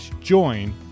join